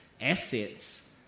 assets